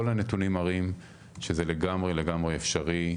כל הנתונים מראים שזה לגמרי לגמרי אפשרי.